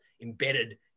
embedded